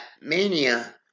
Mania